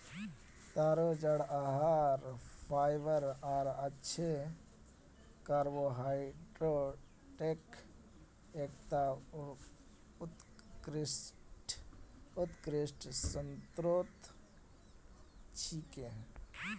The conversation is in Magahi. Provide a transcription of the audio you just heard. तारो जड़ आहार फाइबर आर अच्छे कार्बोहाइड्रेटक एकता उत्कृष्ट स्रोत छिके